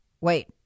Wait